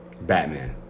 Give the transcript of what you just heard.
Batman